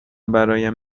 برایم